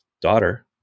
daughter